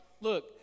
Look